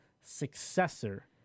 successor